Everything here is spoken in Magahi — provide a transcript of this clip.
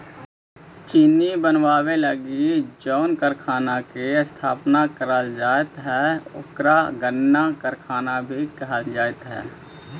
चीनी बनावे लगी जउन कारखाना के स्थापना कैल जा हइ ओकरा गन्ना कारखाना भी कहल जा हइ